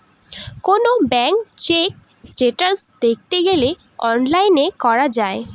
কোনো bank cheque status দেখতে গেলে অনলাইনে করা যায়